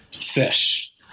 fish